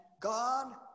God